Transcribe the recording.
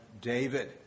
David